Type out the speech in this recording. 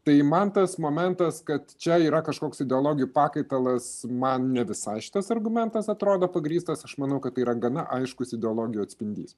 tai man tas momentas kad čia yra kažkoks ideologijų pakaitalas man visai šitas argumentas atrodo pagrįstas aš manau kad tai yra gana aiškus ideologijų atspindys